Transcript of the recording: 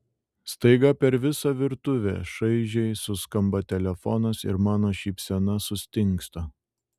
staiga per visą virtuvę šaižiai suskamba telefonas ir mano šypsena sustingsta